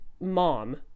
mom